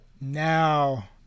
Now